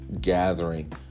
gathering